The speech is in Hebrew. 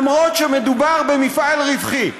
למרות העובדה שמדובר במפעל רווחי.